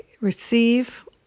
receive